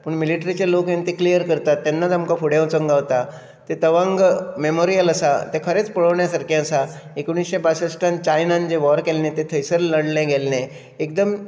पूण मिलिट्रिचे लोक येवन ते क्लियर करतात तेन्नाच आमकां फुडें वचूंक गावता थंंय तवांग मेमोरियल आसा तें खरेंच पळोवपा सारकें आसा एकुणशे बासश्टांत चायनान वॉर केल्लें तें थंयसर लडलें गेल्लें एकदम